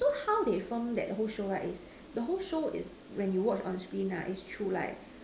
so how they film that show right is the whole show is when you watch on screen is through like